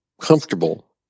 comfortable